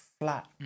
flat